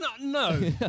No